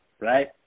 right